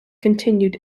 continued